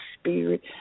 spirit